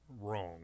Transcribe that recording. wrong